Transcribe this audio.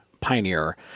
Pioneer